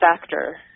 factor